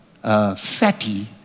fatty